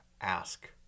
ask